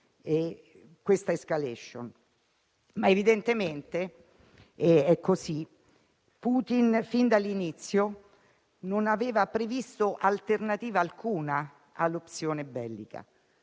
questa *escalation*, ma evidentemente - è così - Putin fin dall'inizio non aveva previsto alternativa alcuna all'opzione bellica.